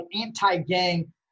anti-gang